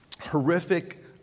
horrific